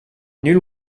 nul